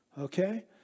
Okay